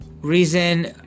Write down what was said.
reason